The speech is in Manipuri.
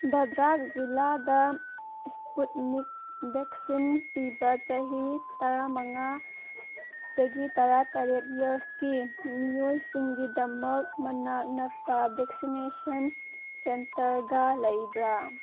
ꯚꯗ꯭ꯔꯥꯛ ꯖꯤꯜꯂꯥꯗ ꯁ꯭ꯄꯨꯠꯅꯤꯛ ꯚꯦꯛꯁꯤꯟ ꯄꯤꯕ ꯆꯍꯤ ꯇꯔꯥ ꯃꯉꯥꯗꯒꯤ ꯇꯔꯥ ꯇꯔꯦꯠ ꯏꯌꯔꯁꯀꯤ ꯃꯤꯑꯣꯏꯁꯤꯡꯒꯤꯗꯃꯛ ꯃꯅꯥꯛ ꯅꯛꯄ ꯚꯦꯛꯁꯤꯅꯦꯁꯟ ꯁꯦꯟꯇꯔꯒ ꯂꯩꯕ꯭ꯔꯥ